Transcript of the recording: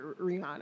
rihanna